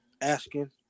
asking